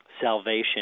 salvation